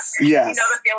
yes